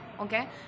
okay